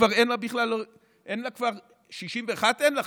כבר אין לה בכלל, 61 אין לה?